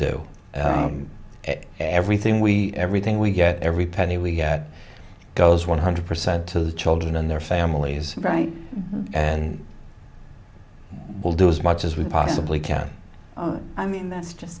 it everything we everything we get every penny we get goes one hundred percent to the children and their families right and will do as much as we possibly can i mean that's just